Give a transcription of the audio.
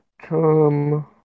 come